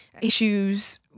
issues